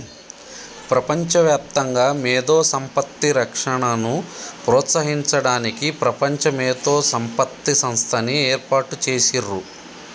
ప్రపంచవ్యాప్తంగా మేధో సంపత్తి రక్షణను ప్రోత్సహించడానికి ప్రపంచ మేధో సంపత్తి సంస్థని ఏర్పాటు చేసిర్రు